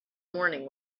morning